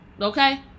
okay